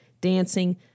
dancing